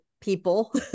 people